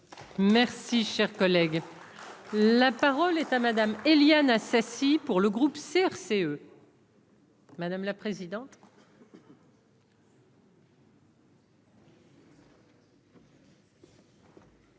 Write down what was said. Merci, cher collègue. La parole est à Madame Éliane Assassi. Pour le groupe CRCE. Madame la présidente.